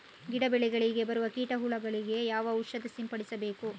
ಗಿಡ, ಬೆಳೆಗಳಿಗೆ ಬರುವ ಕೀಟ, ಹುಳಗಳಿಗೆ ಯಾವ ಔಷಧ ಸಿಂಪಡಿಸಬೇಕು?